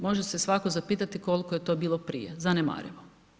Može se svatko zapitati koliko je to bilo prije, zanemarivo.